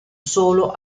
solo